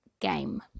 game